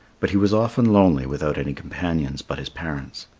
but he was often lonely without any companions but his parents.